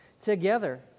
together